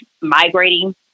migrating